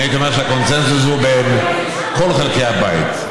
אני הייתי אומר שהקונסנזוס הוא בין כל חלקי הבית.